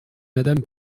madame